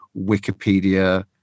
Wikipedia